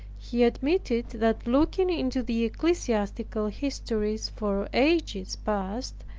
he admitted that looking into the ecclesiastical histories for ages past,